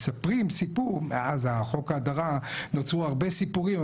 מאז חוק ההדרה נוצרו הרבה סיפורים,